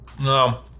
No